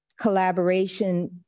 collaboration